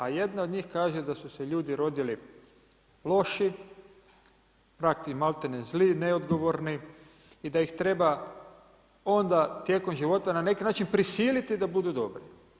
A jedna od njih kaže da su se ljudi rodili loši, … maltene zli, neodgovorni i da ih treba onda tijekom života na neki način prisiliti da budu dobri.